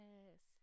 Yes